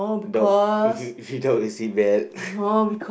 dog if you if you dog is it bad